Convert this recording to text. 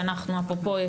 שאפרופו,